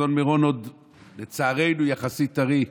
אסון מירון, לצערנו, עוד יחסית טרי.